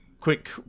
quick